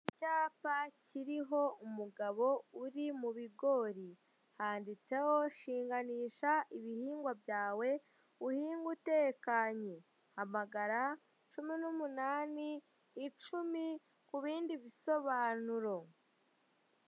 Icyapa kiriho umugabo uri mu bigori ,handitseho shinganisha ibihingwa byawe ,uhinge utekanye hamagara, cumi n'umunani ,icumi kubindi bisobanuro.